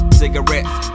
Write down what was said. cigarettes